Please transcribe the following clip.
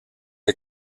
est